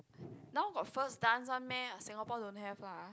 now got first dance one meh uh Singapore don't have lah